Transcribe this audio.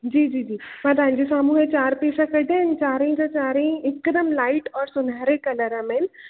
जी जी जी मां तव्हांजे साम्हूं हे चार पीस कढिया आहिनि चारई चारई हिकदमि लाइट ओर सुनहरे कलर में आहिनि